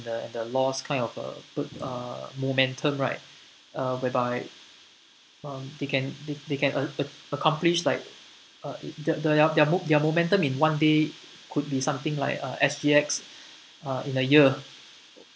and the and the loss kind of uh put uh momentum right uh whereby they can they they can uh ac~ accomplish like uh the their mo~ momentum in one day could be something like uh S_G_X uh in a year